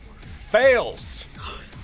fails